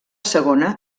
segona